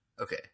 Okay